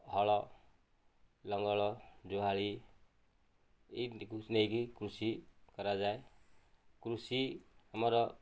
ହଳ ଲଙ୍ଗଳ ଜୁଆଳି ଏଗୁଡ଼ିକୁ ନେଇକି କୃଷି କରାଯାଏ କୃଷି ଆମର